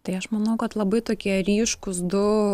tai aš manau kad labai tokie ryškūs du